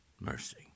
Mercy